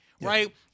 right